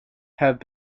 have